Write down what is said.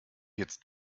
jetzt